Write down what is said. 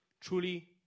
Truly